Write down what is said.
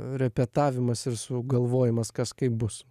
repetavimas ir sugalvojimas kas kaip bus